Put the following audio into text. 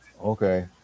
Okay